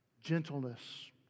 Gentleness